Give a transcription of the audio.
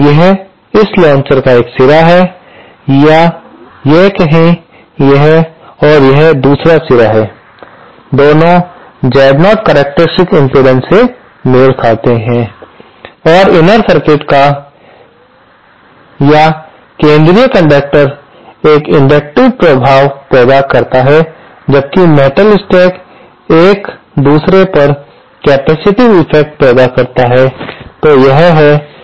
यह इस लॉन्चर का एक सिरा है यह कहें और यह दूसरा सिरा है दोनों Z0 केरेकटेरिस्टिक इम्पीडेन्स से मेल खाते हैं और इनर सर्किट या केंद्रीय कंडक्टर एक इंडक्टिव प्रभाव प्रदान करता है जबकि मेटल स्टैक एक दूसरे पर कैपेसिटिव इफ़ेक्ट पैदा करता है